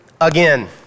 again